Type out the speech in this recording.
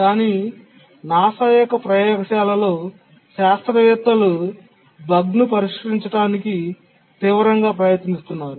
కానీ నాసా యొక్క ప్రయోగశాలలో శాస్త్రవేత్తలు బగ్ను పరిష్కరించడానికి తీవ్రంగా ప్రయత్నిస్తున్నారు